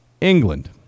england